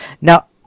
Now